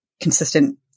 consistent